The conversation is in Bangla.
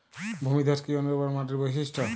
ভূমিধস কি অনুর্বর মাটির বৈশিষ্ট্য?